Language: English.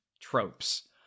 tropes